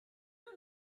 you